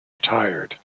retired